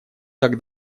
так